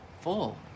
full